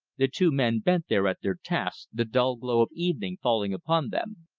the two men bent there at their task, the dull glow of evening falling upon them.